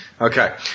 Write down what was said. Okay